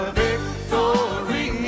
victory